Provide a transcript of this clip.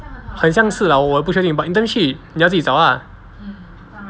很像是我也不确定 but internship 你要自己找 lah